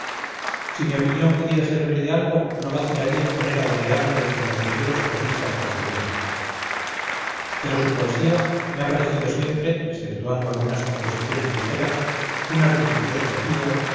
si mi opinión pudiera servir de algo no vacilaría en poner a d leandro entre los primeros prosistas castellanos pero su poesía me ha parecido siempre exceptuando algunas composiciones ligeras un artificioso tejido